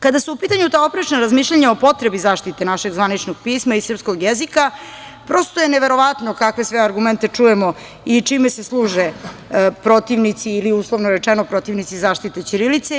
Kada su u pitanju ta oprečna razmišljanja o potrebi zaštite našeg zvaničnog pisma i srpskog jezika, neverovatno je kakve sve argumente čujemo i čime se služe protivnici ili uslovno rečeno protivnici zaštite ćirilice.